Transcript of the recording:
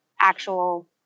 actual